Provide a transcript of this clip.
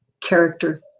character